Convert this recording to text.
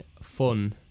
fun